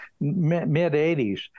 mid-80s